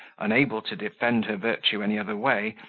unable to defend her virtue any other way,